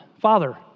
Father